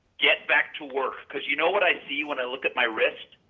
get back to work because you know what i see when i look at my wrist?